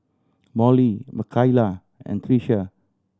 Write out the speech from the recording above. Mollie Makaila and Trisha